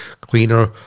cleaner